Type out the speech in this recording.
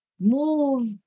move